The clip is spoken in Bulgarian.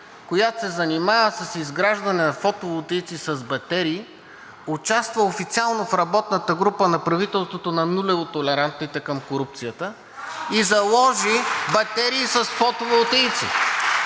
която се занимава с изграждане на фотоволтаици с батерии, участва официално в работната група на правителството на нулево толерантните към корупцията и заложи батерии с фотоволтаици.